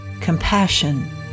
compassion